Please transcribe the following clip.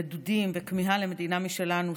נדודים וכמיהה למדינה משלנו,